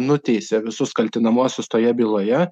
nuteisė visus kaltinamuosius toje byloje